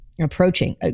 approaching